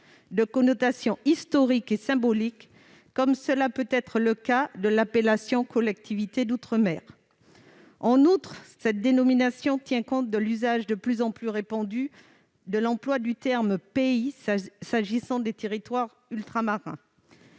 de connotations historiques et symboliques, ce que n'est pas forcément la catégorie « collectivité d'outre-mer ». En outre, cette dénomination tient compte de l'usage de plus en plus répandu du terme « pays » s'agissant des territoires ultramarins.